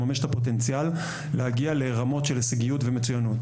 לממש את הפוטנציאל להגיע לרמות של הישגיות ומצוינות.